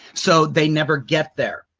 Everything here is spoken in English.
so they never get there.